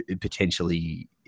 potentially –